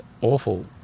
awful